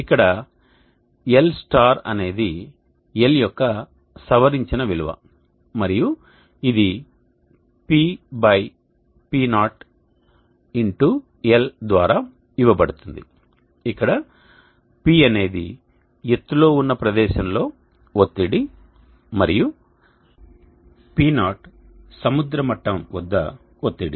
ఇక్కడ l అనేది l యొక్క సవరించిన విలువ మరియు ఇది P P0 l ద్వారా ఇవ్వబడుతుంది ఇక్కడ P అనేది ఎత్తులో ఉన్న ప్రదేశంలో ఒత్తిడి మరియు P0 సముద్ర మట్టం వద్ద ఒత్తిడి